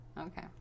Okay